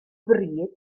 bryd